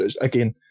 Again